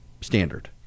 standard